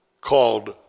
called